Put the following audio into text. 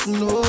no